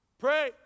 Pray